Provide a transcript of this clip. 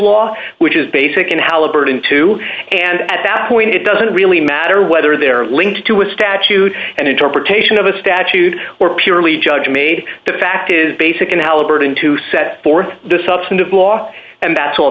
law which is basic in halliburton too and at that point it doesn't really matter whether they're linked to a statute an interpretation of a statute or purely judge made the fact is basic an alibi going to set forth the substantive law and